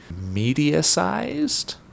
media-sized